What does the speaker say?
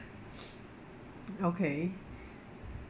okay